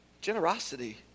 Generosity